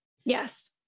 Yes